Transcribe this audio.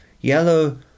Yellow